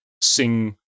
sing